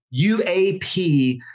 UAP